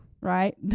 right